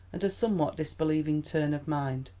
and a somewhat disbelieving turn of mind.